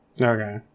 Okay